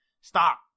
Stop